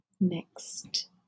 next